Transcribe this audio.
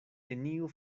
neniu